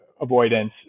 avoidance